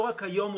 לא רק היום,